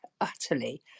utterly